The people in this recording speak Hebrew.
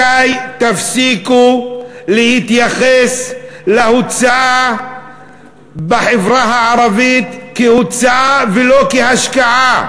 מתי תפסיקו להתייחס להוצאה בחברה הערבית כהוצאה ולא כהשקעה?